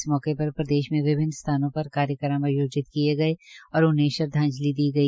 इस मौके पर प्रदेश में विभिन्न जगहों पर कार्यक्रम आयोजित किये गये और उन्हें श्रद्वाजंलि दी गई